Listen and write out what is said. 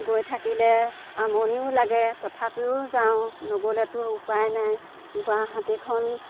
গৈ থাকিলে আমনিও লাগে তথাপিও যাওঁ নগ'লেতো উলাই নাই গুৱাহাটীখন